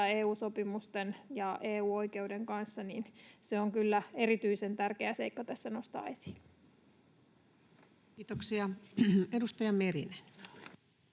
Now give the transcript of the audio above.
EU-sopimusten ja EU-oikeuden kanssa, ja se on kyllä erityisen tärkeä seikka tässä nostaa esiin. [Speech 249] Speaker: